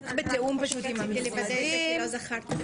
אני לא ראיתי שצריך לחזור.